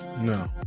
No